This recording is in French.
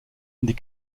des